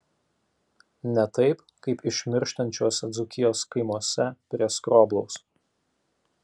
ne taip kaip išmirštančiuose dzūkijos kaimuose prie skroblaus